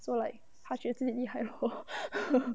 so like 她觉得自己厉害 lor